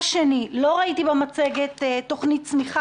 זה פשוט בושה וחרפה מה שעשיתם פה,